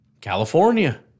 California